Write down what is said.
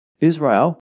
Israel